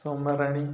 Somarani